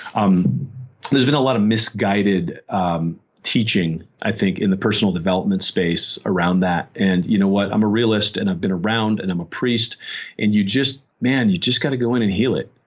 um there's been a lot of misguided um teaching i think in the personal space around that. and you know what? i'm a realist and i've been around, and i'm a priest and you just. man you just got go in and heal it.